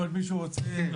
עוד מישהו רוצה להגיב?